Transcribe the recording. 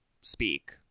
speak